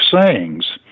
sayings